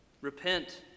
Repent